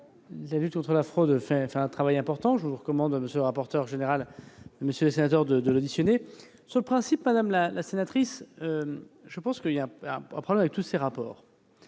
de lutte contre la fraude mène un travail important, et je vous recommande, monsieur le rapporteur général, mesdames, messieurs les sénateurs, de l'auditionner. Sur le principe, madame la sénatrice, il y a un problème avec tous ces rapports.